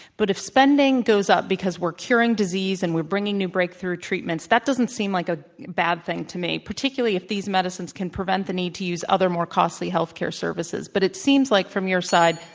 but if spending goes up because we're curing disease and we're bringing new breakthrough treatments, that doesn't seem like a bad thing to me, particularly if these medicines can prevent the need to use other more costly health care services. but it seems like, from your side,